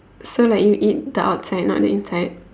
so like you eat the outside not the inside